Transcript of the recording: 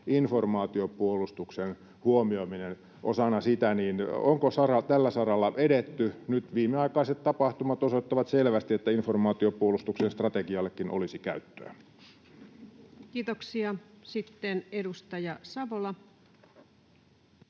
informaatiopuolustuksen huomioiminen osana sitä, niin onko tällä saralla edetty? Nyt viimeaikaiset tapahtumat osoittavat selvästi, että informaatiopuolustuksen strategiallekin olisi käyttöä. Kiitoksia. — Sitten edustaja Savola.